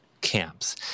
camps